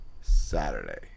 Saturday